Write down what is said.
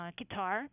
guitar